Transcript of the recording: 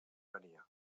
venia